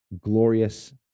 Glorious